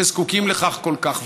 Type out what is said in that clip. שזקוקים לכך כל כך,